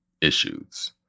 issues